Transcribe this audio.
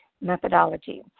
methodology